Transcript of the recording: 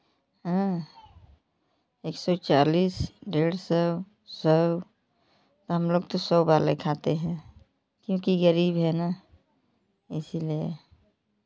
एक सौ चालीस डेढ़ सौ सौ हम लोग तो सौ वाले खाते हैं क्योंकि गरीब हैं ना इसीलिए